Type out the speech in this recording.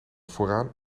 vooraan